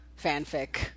fanfic